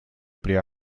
при